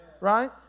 Right